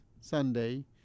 Sunday